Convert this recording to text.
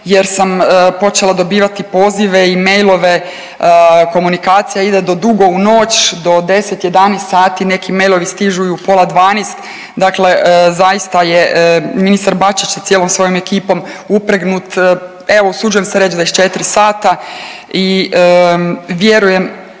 jer sam počela dobivati pozive i mailove, komunikacija ide do dugo u noć, do 10, 11 sati, neki mailovi stižu i u pola 12., dakle zaista je ministar Bačić sa cijelom svojom ekipom upregnut, evo usuđujem se reći 24 sata i vjerujem